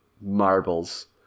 marbles